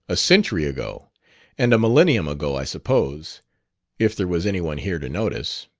a century ago and a millennium ago, i suppose if there was anyone here to notice.